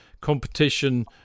competition